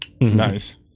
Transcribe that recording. Nice